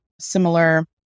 similar